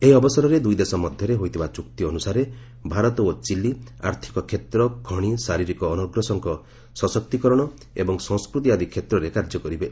ଏହି ଅବସରରେ ଦୂଇ ଦେଶ ମଧ୍ୟରେ ହୋଇଥିବା ଚୂକ୍ତି ଅନ୍ରସାରେ ଭାରତ ଓ ଚିଲି ଆର୍ଥିକ କ୍ଷେତ୍ର ଖଣି ଶାରୀରିକ ଅନଗ୍ରସରଙ୍କ ସଶକ୍ତୀକରଣ ଏବଂ ସଂସ୍କୃତି ଆଦି କ୍ଷେତ୍ରରେ କାର୍ଯ୍ୟ କରିବେ